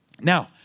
Now